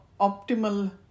optimal